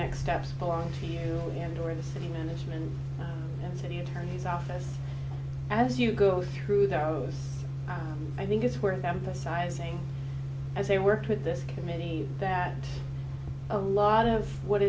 next steps along to you the end or the city management and city attorney's office as you go through those i think it's worth emphasizing as they worked with this committee that a lot of what